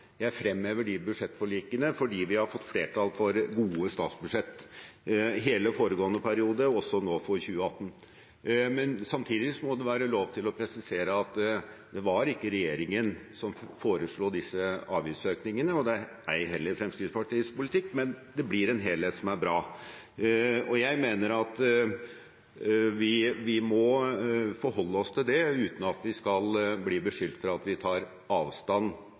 Jeg fremhever de budsjettforlikene, for vi har fått flertall for gode statsbudsjetter hele foregående periode og også nå for 2018. Samtidig må det være lov til å presisere at det var ikke regjeringen som foreslo disse avgiftsøkningene. Ei heller er det Fremskrittspartiets politikk, men det blir en helhet som er bra. Jeg mener at vi må forholde oss til det uten at vi skal bli beskyldt for at vi tar avstand